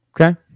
Okay